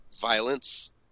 violence